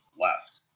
left